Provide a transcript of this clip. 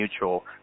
mutual